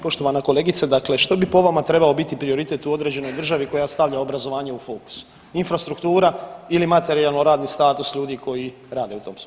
Poštovana kolegice, dakle što bi po vama trebao biti prioritet u određenoj državi koja stavlja obrazovanje u fokus, infrastruktura ili materijalno radni status ljudi koji rade u tom sustavu?